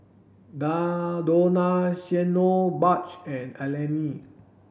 Donaciano Butch and Eleni